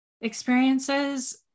experiences